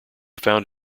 found